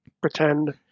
pretend